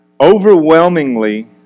overwhelmingly